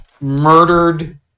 murdered